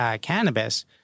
cannabis